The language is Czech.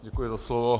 Děkuji za slovo.